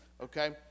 okay